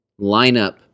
lineup